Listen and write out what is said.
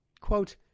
Quote